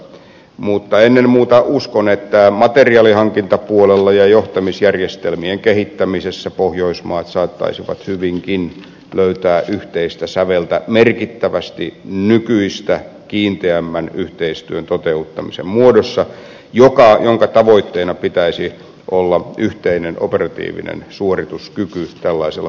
mutta ennen muuta uskon että materiaalihankintapuolella ja johtamisjärjestelmien kehittämisessä pohjoismaat saattaisivat hyvinkin löytää yhteistä säveltä merkittävästi nykyistä kiinteämmän yhteistyön toteuttamisen muodossa jonka tavoitteena pitäisi olla yhteinen operatiivinen suorituskyky tällaisella pohjoismaisella yhteistyöllä